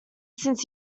since